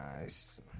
Nice